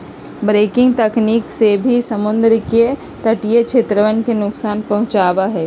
breaking तकनीक से भी समुद्र के तटीय क्षेत्रवन के नुकसान पहुंचावा हई